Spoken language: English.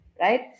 right